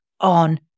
on